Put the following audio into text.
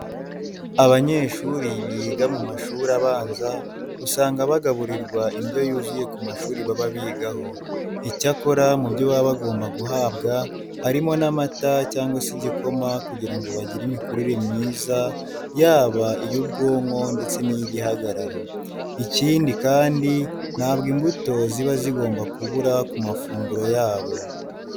Abanyeshuri biga mu mashuri abanza usanga bagaburirwa indyo yuzuye ku mashuri baba bigaho. Icyakora mu byo baba bagomba guhabwa harimo n'amata cyangwa se igikoma kugira ngo bagire imikurire myiza yaba iy'ubwonko ndetse n'iy'igihagararo. Ikindi kandi ntabwo imbuto ziba zigomba kubura ku mafunguro yabo.